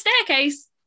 staircase